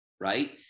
right